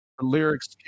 lyrics